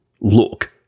look